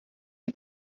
die